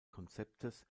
konzeptes